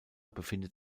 befindet